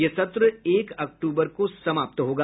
यह सत्र एक अक्टूबर को समाप्त होगा